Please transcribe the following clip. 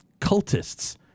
cultists